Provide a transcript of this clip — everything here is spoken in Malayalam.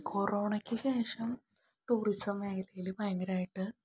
കൊറോണയ്ക്ക് ശേഷം ടൂറിസം മേഖലയിൽ